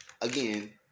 Again